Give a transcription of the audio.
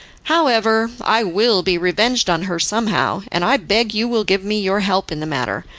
however, i will be revenged on her somehow, and i beg you will give me your help in the matter,